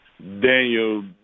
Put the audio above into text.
Daniel